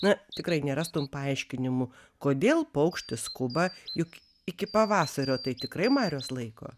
na tikrai nerastum paaiškinimų kodėl paukštis skuba juk iki pavasario tai tikrai marios laiko